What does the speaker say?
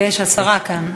יש, השרה כאן.